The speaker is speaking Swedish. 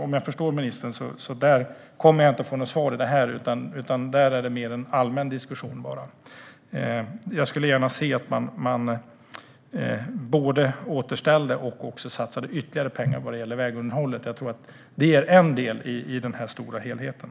Om jag förstår ministern rätt kommer jag inte att få något svar, utan det är mer en allmän diskussion. Jag skulle vilja se att man både återställde och satsade ytterligare pengar på vägunderhållet. Det är en del i den stora helheten.